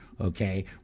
Okay